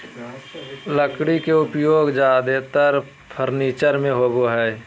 लकड़ी के उपयोग ज्यादेतर फर्नीचर में होबो हइ